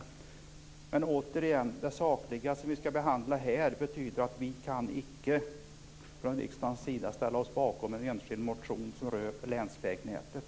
Återigen betyder det sakliga som vi skall behandla här att vi från riksdagens sida icke kan ställa oss bakom en enskild motion som rör länsvägnätet.